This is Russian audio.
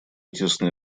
тесное